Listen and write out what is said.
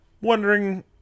wondering